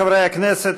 חברי חברי הכנסת,